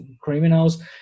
criminals